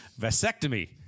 Vasectomy